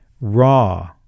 raw